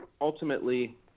ultimately